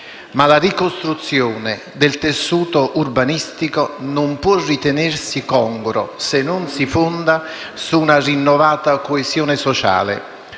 Ma la ricostruzione del tessuto urbanistico non può ritenersi congrua se non si fonda su una rinnovata coesione sociale